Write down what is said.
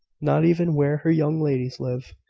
not even where her young ladies live,